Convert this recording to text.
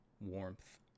warmth